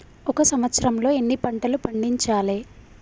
ఒక సంవత్సరంలో ఎన్ని పంటలు పండించాలే?